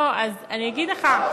לא, אז אני אגיד לך,